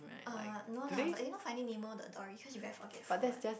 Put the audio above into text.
uh no lah but you know Finding Nemo the Dory cause she very forgetful what